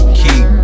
keep